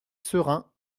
serein